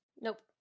Nope